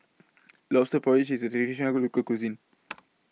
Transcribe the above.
Lobster Porridge IS A Traditional Local Cuisine